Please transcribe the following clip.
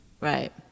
right